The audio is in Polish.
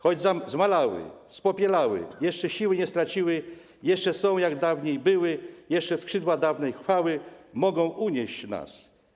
Choć zmalały, spopielały, jeszcze siły nie straciły, jeszcze są, jak dawniej były, jeszcze skrzydła dawnej chwały mogą unieść nas.